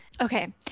okay